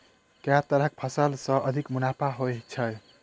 केँ तरहक फसल सऽ अधिक मुनाफा होइ छै?